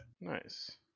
Nice